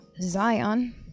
Zion